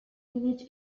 village